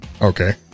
Okay